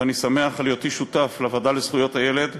ואני שמח על היותי שותף לוועדה לזכויות הילד,